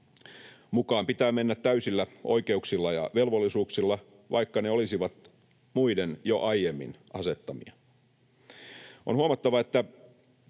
Mukaan pitää mennä täysillä oikeuksilla ja velvollisuuksilla, vaikka ne olisivat muiden jo aiemmin asettamia. On huomattava, että